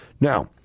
Now